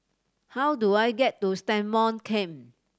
how do I get to Stagmont Camp